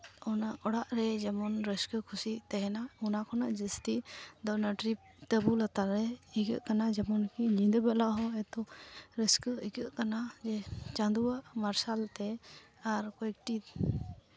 ᱚᱱᱟ ᱚᱲᱟᱜ ᱨᱮ ᱡᱮᱢᱚᱱ ᱨᱟᱹᱥᱠᱟᱹ ᱠᱩᱥᱤ ᱛᱟᱦᱮᱱᱟ ᱚᱱᱟ ᱠᱷᱚᱱᱟᱜ ᱡᱟᱹᱥᱛᱤ ᱟᱫᱚ ᱚᱱᱟ ᱴᱨᱤᱯ ᱛᱟᱹᱵᱩ ᱞᱟᱛᱟᱨ ᱨᱮ ᱤᱭᱟᱹᱜ ᱠᱟᱱᱟ ᱡᱮᱢᱚᱱ ᱠᱤ ᱧᱤᱫᱟᱹ ᱵᱮᱞᱟ ᱦᱚᱸ ᱮᱛᱚ ᱨᱟᱹᱥᱠᱟᱹ ᱟᱭᱠᱟᱹᱜ ᱠᱟᱱᱟ ᱡᱮ ᱪᱟᱸᱫᱳᱣᱟᱜ ᱢᱟᱨᱥᱟᱞ ᱛᱮ ᱟᱨ ᱠᱚᱭᱮᱠᱴᱤ